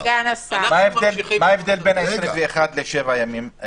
מה ההבדל בין ה-21 לשבעה ימים?